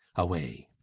away!